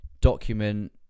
document